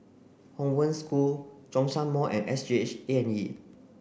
Hong Wen School Zhongshan Mall and S G H A and E